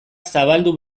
zabaldu